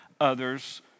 others